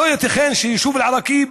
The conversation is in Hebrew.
לא ייתכן שהיישוב אל-עראקיב,